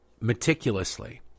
meticulously